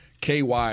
KY